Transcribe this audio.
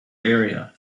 area